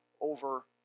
over